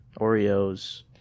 Oreos